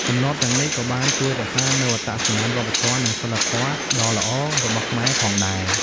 ទម្លាប់ទាំងនេះ ក៏បានជួយរក្សានូវអត្តសញ្ញាណវប្បធម៌ និងសីលធម៌ដ៏ល្អរបស់ខ្មែរផងដែរ។